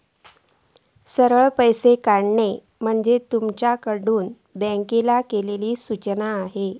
सरळ पैशे काढणा म्हणजे तुमच्याकडना बँकेक केलली सूचना आसा